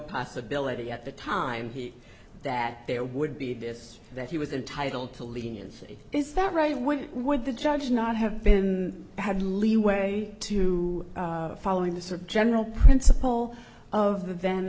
possibility at the time he that there would be this that he was entitled to leniency is that right what would the judge not have been had leeway to following the sort of general principle of the v